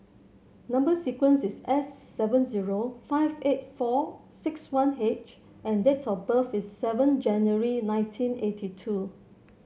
number sequence is S seven zero five eight four six one H and date of birth is seven January nineteen eighty two